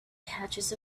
patches